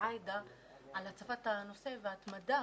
עאידה על הצפת הנושא וההתמדה